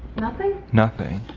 nothing? nothing.